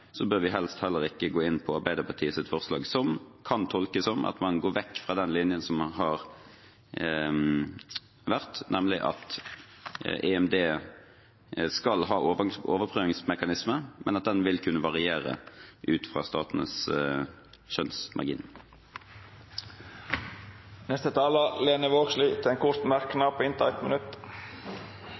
bør vi heller ikke gå inn for Arbeiderpartiets forslag, som kan tolkes som at man går vekk fra den linjen som har vært, nemlig at EMD skal være en overprøvingsmekanisme, men at den vil kunne variere ut fra statenes skjønnsmargin. Representanten Lene Vågslid har hatt ordet to gonger tidlegare, og får ordet til ein kort merknad, avgrensa til 1 minutt.